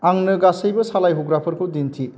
आंनो गासैबो सालाय हुग्राफोरखौ दिन्थि